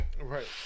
Right